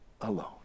alone